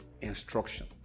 instruction